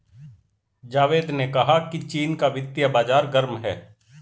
जावेद ने कहा कि चीन का वित्तीय बाजार गर्म है